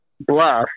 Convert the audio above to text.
bluff